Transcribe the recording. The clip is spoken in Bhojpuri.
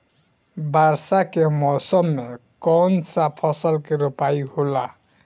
वर्षा के मौसम में कौन सा फसल के रोपाई होला?